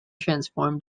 transform